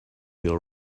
deal